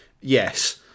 yes